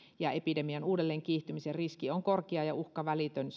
ja että epidemian uudelleen kiihtymisen riski on korkea ja uhka välitön